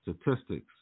statistics